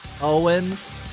Owens